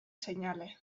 seinale